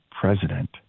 president